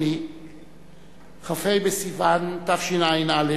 בסיוון תשע"א,